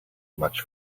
much